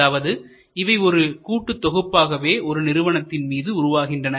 அதாவது இவை ஒரு கூட்டுதொகுப்பாகவே ஒரு நிறுவனத்தின் மீது உருவாகின்றன